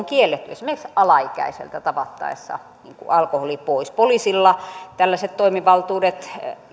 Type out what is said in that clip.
kielletty esimerkiksi alaikäiseltä tavattaessa alkoholi pois poliisilla tällaiset toimivaltuudet